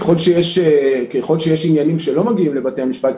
ככל שיש עניינים שלא מגיעים לבתי המשפט,